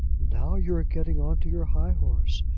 now you are getting on to your high horse,